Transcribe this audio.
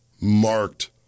marked